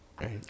Right